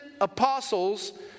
apostles